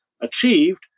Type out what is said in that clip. achieved